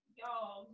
y'all